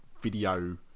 video